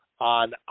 on